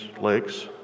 lakes